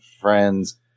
friends